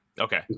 Okay